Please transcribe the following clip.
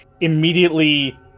immediately